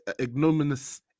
ignominious